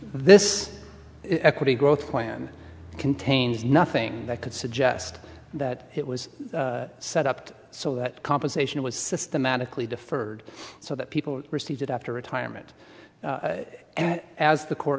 this equity growth plan contains nothing that could suggest that it was set up so that compensation was systematically deferred so that people received it after retirement and as the court